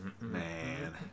Man